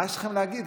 מה יש לכם להגיד,